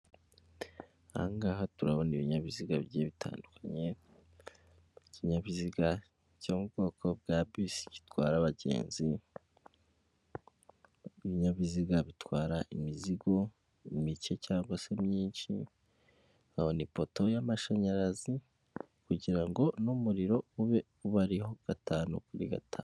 Aha ngaha turabona ibinyabiziga bigiye bitandukanye, ikinyabiziga cyo mu bwoko bwa bisi gitwara abagenzi, ibinyabiziga bitwara imizigo mike cyangwa se myinshi, nkabona ipoto y'amashanyarazi kugirango n'umuriro ube ubariho gatanu kuri gatanu.